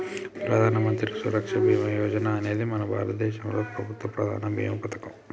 ప్రధానమంత్రి సురక్ష బీమా యోజన అనేది మన భారతదేశంలో ప్రభుత్వ ప్రధాన భీమా పథకం